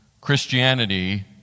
Christianity